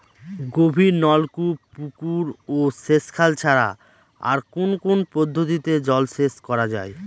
গভীরনলকূপ পুকুর ও সেচখাল ছাড়া আর কোন কোন পদ্ধতিতে জলসেচ করা যায়?